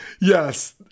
Yes